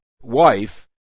wife